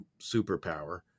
superpower